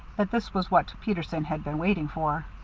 that this was what peterson had been waiting for.